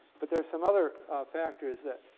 but there's some other factors that